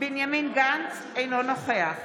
בנימין גנץ, אינו נוכח